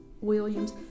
Williams